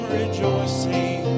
rejoicing